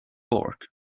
burke